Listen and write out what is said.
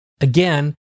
again